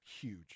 huge